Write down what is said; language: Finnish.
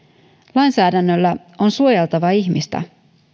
lainsäädännöllä on suojeltava ihmistä